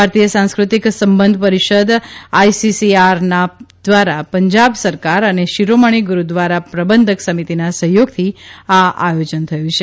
ભારતીય સાંસ્કૃતિક સંબંધ પરિષદ આઇસીસીઆરના દ્વારા પંજાબ સરકાર અને શિરોમણી ગુરૂદ્વારા પ્રબંધક સમિતિના સહયોગથી આ આયોજન થયું છે